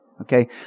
Okay